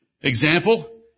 Example